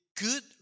good